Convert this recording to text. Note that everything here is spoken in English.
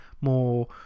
more